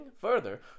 Further